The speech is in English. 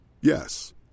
Yes